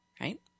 right